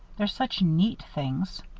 they're such neat things.